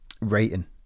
rating